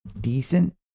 decent